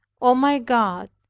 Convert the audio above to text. o my god,